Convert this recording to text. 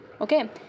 Okay